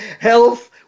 health